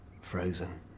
frozen